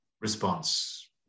response